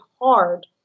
hard